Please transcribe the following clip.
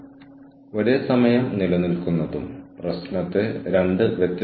കൂടാതെ മറ്റൊരു നഗരത്തിൽ ആരോടെങ്കിലും സംസാരിക്കാൻ പോലും നിങ്ങൾക്ക് ദിവസങ്ങളോളം കാത്തിരിക്കേണ്ടി വന്നു